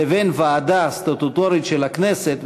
לבין ועדה סטטוטורית של הכנסת,